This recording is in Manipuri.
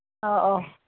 ꯑꯧ ꯑꯧ